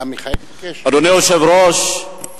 אדוני היושב-ראש,